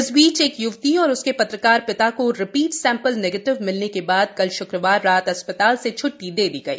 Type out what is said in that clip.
इस बीच एक य्वती और उसके पत्रकार पिता को रिपीट सैंपल निगेटिव मिलने के बाद कल श्क्रवार रात अस्पताल से छ्ट्टी दे दी गई